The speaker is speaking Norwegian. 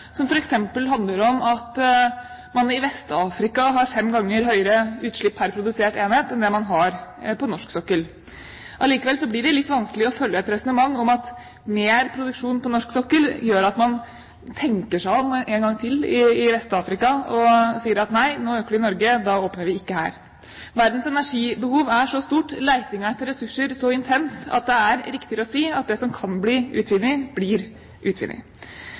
har fem ganger høyere utslipp per produsert enhet enn det man har på norsk sokkel. Allikevel blir det litt vanskelig å følge et resonnement om at mer produksjon på norsk sokkel gjør at man tenker seg om en gang til i Vest-Afrika og sier at nei, nå øker de i Norge, da åpner vi ikke her. Verdens energibehov er så stort, letingen etter ressurser så intens at det er riktigere å si at det som kan bli utvunnet, blir